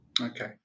Okay